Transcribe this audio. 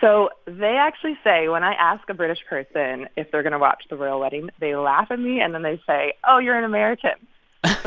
so they actually say when i ask a british person if they're going to watch the royal wedding, they laugh at me. and then they say, oh, you're an american